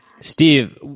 Steve